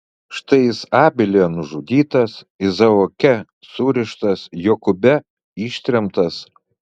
štai jis abelyje nužudytas izaoke surištas jokūbe ištremtas